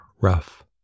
rough